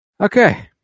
Okay